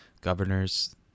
governors